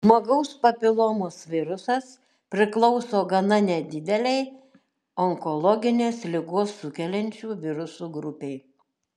žmogaus papilomos virusas priklauso gana nedidelei onkologines ligas sukeliančių virusų grupei